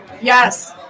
Yes